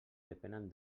depenen